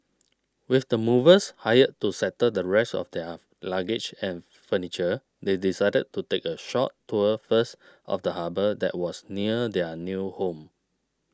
with the movers hired to settle the rest of their luggage and furniture they decided to take a short tour first of the harbour that was near their new home